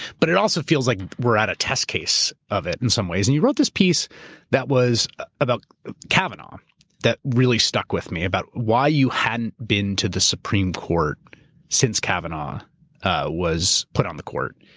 but it also feels like we're at a test case of it in some ways. and you wrote this piece that was about kavanaugh that really stuck with me, about why you hadn't been to the supreme court since kavanaugh was put on the court,